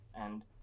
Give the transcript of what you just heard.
and-